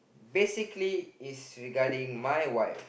basically is regarding my wife